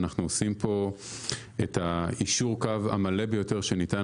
אנחנו עושים פה יישור קו מלא ביותר שניתן